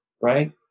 right